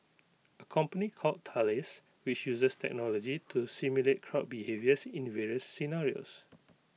A company called Thales which uses technology to simulate crowd behaviours in various scenarios